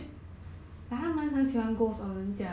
不懂那个 agent 在做什么